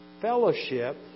fellowship